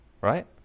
right